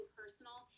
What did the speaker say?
personal